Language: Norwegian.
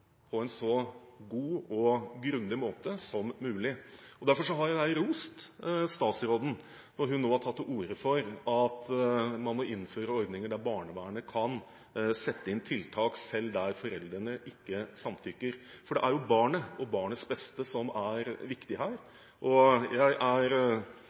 på en så god og grundig måte som mulig. Derfor har jeg rost statsråden når hun nå har tatt til orde for at man må innføre ordninger der barnevernet kan sette inn tiltak selv der foreldrene ikke samtykker, for det er jo barnet og barnets beste som er viktig her. Jeg er